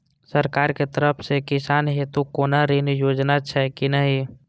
सरकार के तरफ से किसान हेतू कोना ऋण योजना छै कि नहिं?